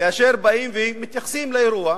כאשר באים ומתייחסים לאירוע,